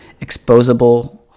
exposable